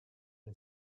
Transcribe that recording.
est